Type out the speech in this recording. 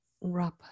rub